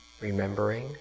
remembering